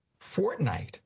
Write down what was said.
Fortnite